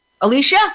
alicia